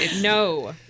No